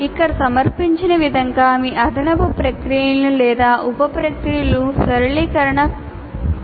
ఇక్కడ సమర్పించిన విధంగా మీ అదనపు ప్రక్రియలను లేదా ఉప ప్రక్రియల సరళీకరణను మీరు సూచించవచ్చు